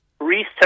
research